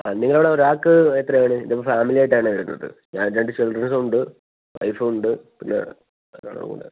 ആ നിങ്ങളൊരാൾക്ക് എത്രയാണ് ഇതിപ്പൊ ഫാമിലിയായിട്ടാണ് വരുന്നത് ഞാൻ രണ്ട് ചിൽഡ്രൻസ് ഉണ്ട് വൈഫുണ്ട് പിന്നെ എല്ലാവരും കൂടെയാണ്